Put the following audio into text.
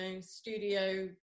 studio